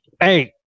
Hey